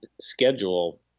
schedule